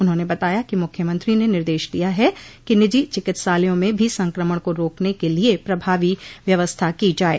उन्होंने बताया कि मुख्यमंत्री ने निर्देश दिया है कि निजी चिकित्सालयों में भी संक्रमण को रोकने के लिये प्रभावी व्यवस्था की जाये